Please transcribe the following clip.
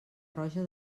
roja